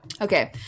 okay